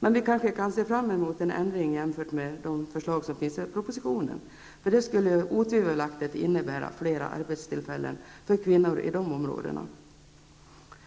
Men vi kanske kan se fram mot en ändring av förslagen i propositionen, vilket otvivelaktigt skulle innebära flera arbetstillfällen för kvinnor i det området.